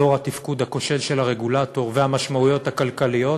לאור התפקוד הכושל של הרגולטור והמשמעויות הכלכליות